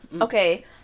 Okay